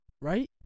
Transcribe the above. right